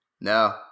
No